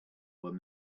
there